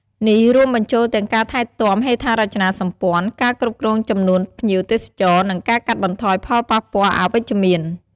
នេះរួមបញ្ចូលទាំងការថែទាំហេដ្ឋារចនាសម្ព័ន្ធ ការគ្រប់គ្រងចំនួនភ្ញៀវទេសចរ និងការកាត់បន្ថយផលប៉ះពាល់អវិជ្ជមាន។